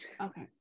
Okay